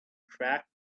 cracked